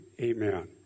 Amen